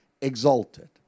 exalted